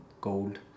gold